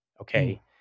okay